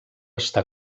està